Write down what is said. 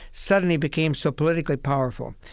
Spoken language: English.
suddenly became so politically powerful.